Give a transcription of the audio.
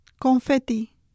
Confetti